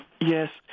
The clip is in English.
Yes